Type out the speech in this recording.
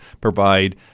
provide